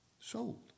Sold